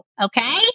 Okay